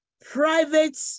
private